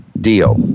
deal